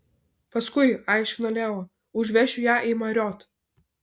paskui aiškina leo užvešiu ją į marriott